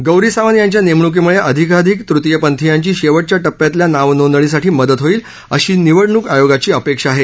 गौरी सावंत यांच्या नेमणुकीमुळे अधिकाधिक तृतीयपंथीयांची शेवटच्या टप्प्यातल्या नावनोंदणीसाठी मदत होईल अशी निवडणूक आयोगाची अपेक्षा आहे